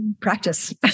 practice